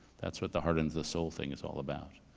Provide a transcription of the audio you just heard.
that's what the heart and the soul thing is all about.